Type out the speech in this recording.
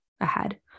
ahead